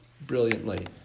brilliantly